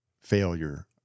failure